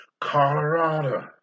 Colorado